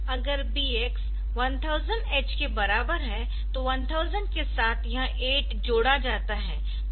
अगर BX 1000H के बराबर है तो 1000 के साथ यह 8 जोड़ा जाता है